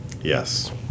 Yes